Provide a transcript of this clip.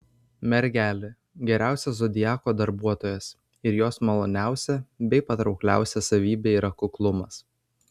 mergelė geriausias zodiako darbuotojas ir jos maloniausia bei patraukliausia savybė yra kuklumas